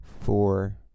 four